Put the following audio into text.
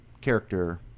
character